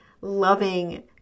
loving